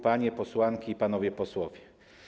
Panie Posłanki i Panowie Posłowie!